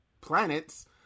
planets